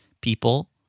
people